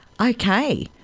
Okay